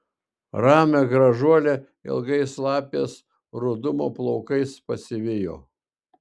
ramią gražuolę ilgais lapės rudumo plaukais pasivijo